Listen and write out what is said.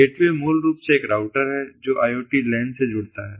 gateway मूल रूप से एक राउटर हैं जो IoT लैन से जुड़ता है